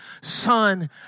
Son